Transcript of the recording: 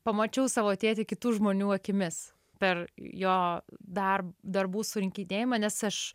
pamačiau savo tėtį kitų žmonių akimis per jo darb darbų surinkinėjimą nes aš